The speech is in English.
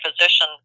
physician